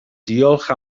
diolch